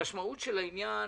המשמעות של העניין